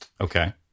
Okay